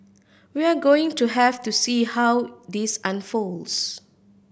we're going to have to see how this unfolds